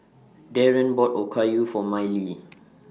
Dereon bought Okayu For Miley